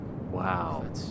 wow